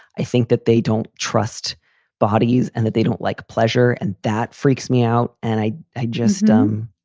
i think that they don't trust bodies and that they don't like pleasure. and that freaks me out. and i, i just, um,